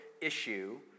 issue